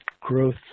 growth